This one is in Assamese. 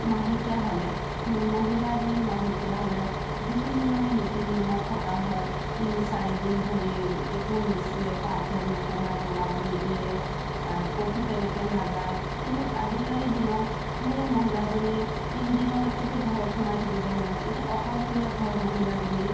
মাহেকীয়া হ'লে মহিলা এজনী মাহেকীয়া হ'লে যিখিনি মানে নীতি নিয়মত থকা হয় তিনি চাৰিদিন ধৰি একো নুচুৱে পাকঘৰত নোসোমায় বনাব নিদিয়ে ক'তো তেনেকৈ নাযায় কিন্তু আজিকালি দিনত সেই মহিলাজনীয়ে তিনি দিনলৈকেতো ঘৰত সোমাই থাকিব নোৱাৰে এতিয়া অকলশৰীয়া ঘৰত মহিলাজনী